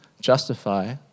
justify